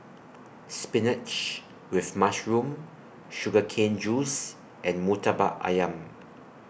Spinach with Mushroom Sugar Cane Juice and Murtabak Ayam